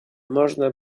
można